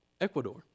Ecuador